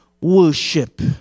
worship